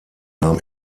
nahm